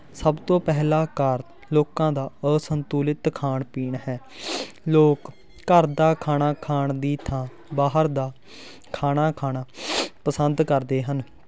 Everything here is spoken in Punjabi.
ਸਭ ਤੋਂ ਪਹਿਲਾ ਕਾਰਨ ਲੋਕਾਂ ਦਾ ਅਸੰਤੁਲਿਤ ਖਾਣ ਪੀਣ ਹੈ ਲੋਕ ਘਰ ਦਾ ਖਾਣਾ ਖਾਣ ਦੀ ਥਾਂ ਬਾਹਰ ਦਾ ਖਾਣਾ ਖਾਣਾ ਪਸੰਦ ਕਰਦੇ ਹਨ